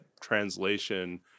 translation